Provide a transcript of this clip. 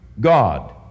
God